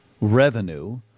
revenue